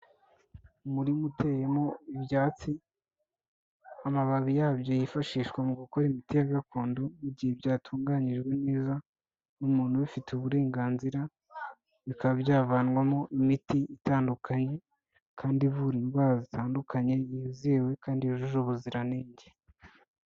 Umurima uteye mo ibyatsi, amababi yabyo yifashishwa mu gukora imiti ya gakondo mu gihe byatunganijwe neza n'umuntu ubifitiye uburenganzira, bikaba byavanwamo imiti itandukanye kandi ivura indwara zitandukanye ,yizewe kandi yujuje ubuziranenge.